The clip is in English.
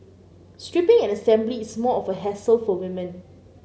stripping and assembly is more of a hassle for women